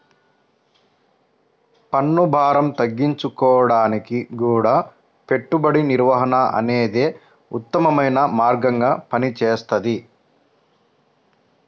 పన్నుభారం తగ్గించుకోడానికి గూడా పెట్టుబడి నిర్వహణ అనేదే ఉత్తమమైన మార్గంగా పనిచేస్తది